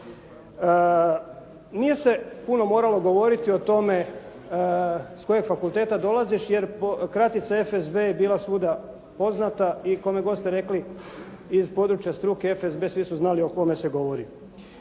Nije se puno moralo govoriti o tome s kojeg fakulteta dolaziš jer kratica FSB-a je bila svuda poznata i kome god ste rekli iz područja struke FSB svi su znali o kome se govori.